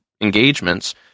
engagements